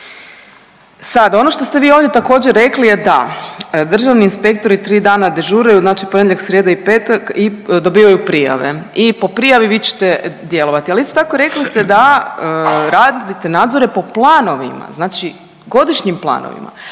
Sad ono što ste vi ovdje također rekli je da državni inspektori tri dana dežuraju znači ponedjeljak, srijeda i petak i dobivaju prijave i po prijavi vi ćete djelovati, ali isto tako rekli ste da radite nadzore po planovima, znači godišnjim planovima.